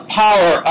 power